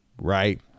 right